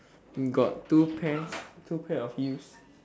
got two pairs two pairs of heels